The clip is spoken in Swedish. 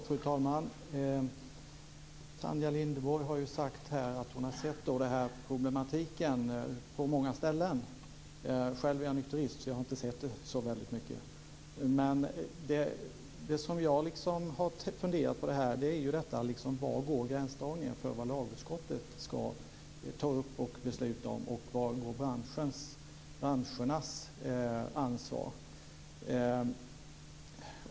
Fru talman! Tanja Linderborg har ju sagt här att hon har sett den här problematiken på många ställen. Själv är jag nykterist, så jag har inte sett den så väldigt mycket. Det jag har funderat på i det här är var gränsdragningen går mellan vad lagutskottet ska ta upp och besluta om och branschernas ansvar.